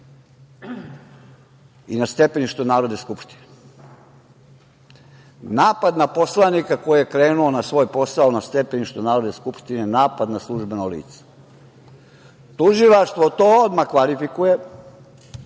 i na stepeništu Narodne skupštine. Napad na poslanika koji je krenuo na svoj posao na stepeništu Narodne skupštine je napad na službeno lice. Tužilaštvo to odmah kvalifikuje